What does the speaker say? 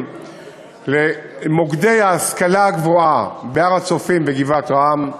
למוקדי ההשכלה הגבוהה בהר-הצופים ובגבעת-רם,